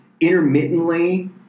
intermittently